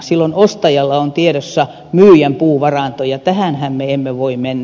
silloin ostajalla on tiedossa myyjän puuvaranto ja tähänhän me emme voi mennä